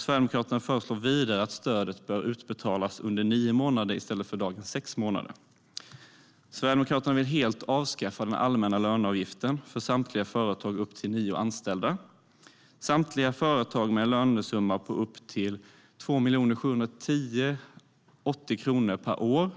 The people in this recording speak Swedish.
Sverigedemokraterna föreslår vidare att stödet bör utbetalas under nio månader i stället för dagens sex månader. Sverigedemokraterna vill helt avskaffa den allmänna löneavgiften för samtliga företag med upp till nio anställda. Samtliga företag med en lönesumma på upp till 2 710 080 kronor per år,